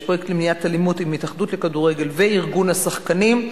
יש פרויקט למניעת אלימות עם ההתאחדות לכדורגל וארגון השחקנים,